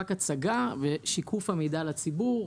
רק הצגה ושיקוף המידע לציבור.